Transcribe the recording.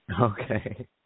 okay